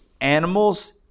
animals